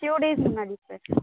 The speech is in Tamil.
ஃப்யூ டேஸ் முன்னாடி சார்